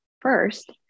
first